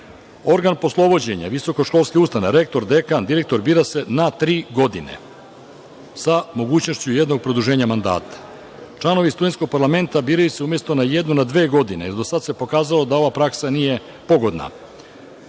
poslovođenja visokoškolske ustanove, rektor, dekan, direktor, bira se na tri godine sa mogućnošću jednog produženja mandata. Članovi studentskog parlamenta biraju se umesto na jednu, na dve godine, jer do sad se pokazalo da ova praksa nije pogodna. Predlog